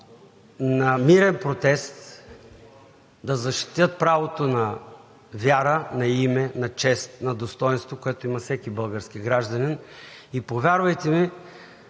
на мирен протест да защитят правото на вяра, на име, на чест, на достойнство, което има всеки български гражданин. И, повярвайте ми,